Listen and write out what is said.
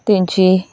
तेची